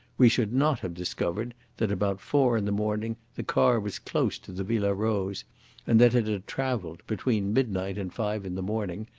we should not have discovered that about four in the morning the car was close to the villa rose and that it had travelled, between midnight and five in the morning,